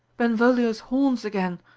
benvolio's horns again!